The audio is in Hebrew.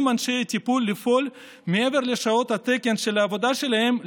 אנשי הטיפול לפעול מעבר לשעות התקן של העבודה שלהם,